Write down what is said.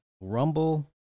Rumble